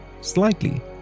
slightly